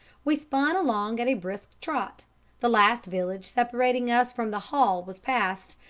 we spun along at a brisk trot the last village separating us from the hall was past,